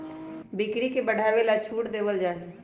बिक्री के बढ़ावे ला छूट देवल जाहई